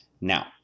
Now